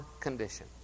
condition